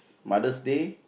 Mother's Day